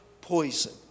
poison